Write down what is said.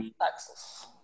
Texas